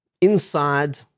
Inside